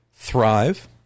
Thrive